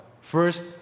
First